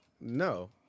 no